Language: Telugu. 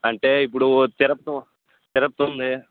అంటే ఇప్పుడు తిరుపతి తిరుపతి ఉంది